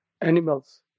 animals